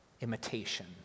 imitation